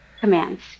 commands